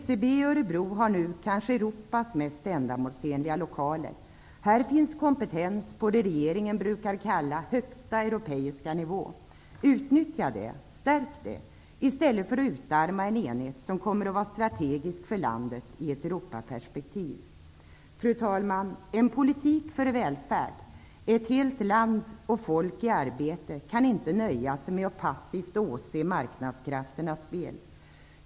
SCB i Örebro har nu kanske Europas mest ändamålsenliga lokaler. Här finns kompetens på det regeringen brukar kalla högsta europeiska nivå. Utnyttja den och stärk den, i stället för att utarma en enhet, som kommer att vara strategisk för landet i ett Europaperspektiv. Fru talman! En politik för välfärd, och ett helt land och folk i arbete, kan inte nöja sig med att passivt åse marknadskrafternas spel.